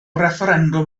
refferendwm